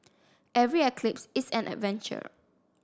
every eclipse is an adventure